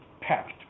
packed